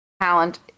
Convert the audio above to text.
talent